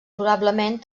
probablement